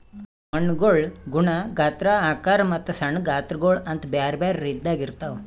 ಮಣ್ಣುಗೊಳ್ ಗುಣ, ಗಾತ್ರ, ಆಕಾರ ಮತ್ತ ಸಣ್ಣ ಗಾತ್ರಗೊಳ್ ಅಂತ್ ಬ್ಯಾರೆ ಬ್ಯಾರೆ ರೀತಿದಾಗ್ ಇರ್ತಾವ್